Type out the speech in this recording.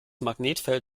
magnetfeld